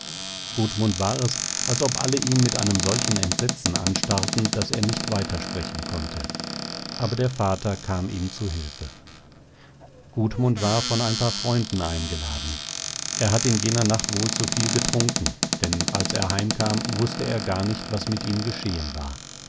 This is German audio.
totenstill gudmund war es als ob alle ihn mit einem solchen entsetzen anstarrten daß er nicht weitersprechen konnte aber der vater kam ihm zu hilfe gudmund war von ein paar freunden eingeladen er hat in jener nacht wohl zu viel getrunken denn als er heimkam wußte er gar nicht was mit ihm geschehen war